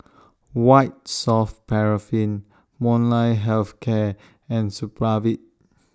White Soft Paraffin Molnylcke Health Care and Supravit